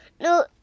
no